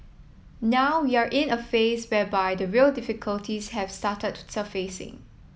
now we are in a phase whereby the real difficulties have started surfacing